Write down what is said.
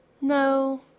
No